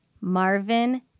Marvin